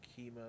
Chemo